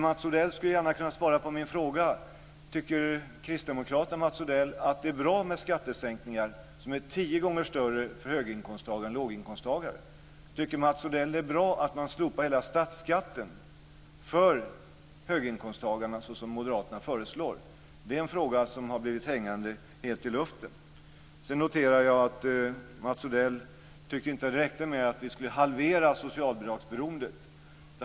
Mats Odell får gärna svara på min fråga. Tycker Kristdemokraterna och Mats Odell att det är bra med skattesänkningar som är tio gånger större för höginkomsttagare än för låginkomsttagare? Tycker Mats Odell att det är bra att man slopar hela statsskatten för höginkomsttagarna, såsom Moderaterna föreslår? Det är en fråga som har blivit hängande i luften. Sedan noterar jag att Mats Odell inte tyckte att det räckte med att vi skulle halvera socialbidragsberoendet.